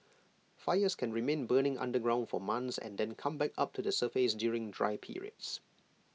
fires can remain burning underground for months and then come back up to the surface during dry periods